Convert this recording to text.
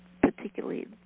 particularly